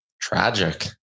Tragic